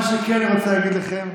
מה שכן אני רוצה להגיד לכם: